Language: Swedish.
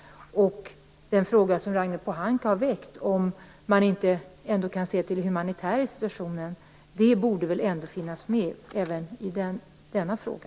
Den fråga som Ragnhild Pohanka har väckt, om man ändå inte kan se till det humanitära i situationen, borde väl ändå finnas med även i denna fråga?